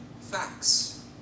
facts